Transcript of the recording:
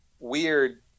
Weird